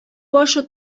башы